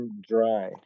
dry